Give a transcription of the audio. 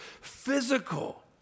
physical